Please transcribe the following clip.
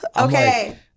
okay